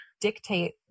dictate